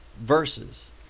Verses